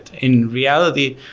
in reality,